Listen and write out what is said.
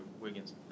Wiggins